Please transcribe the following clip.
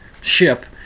ship